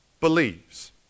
believes